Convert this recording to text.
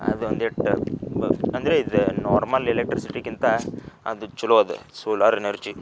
ಅದೊಂದು ಇಟ್ಟು ಅಂದರೆ ಇದು ನಾರ್ಮಲ್ ಎಲೆಕ್ಟ್ರಿಸಿಟಿಗಿಂತ ಅದು ಚಲೋ ಅದು ಸೋಲಾರ್ ಎನರ್ಜಿ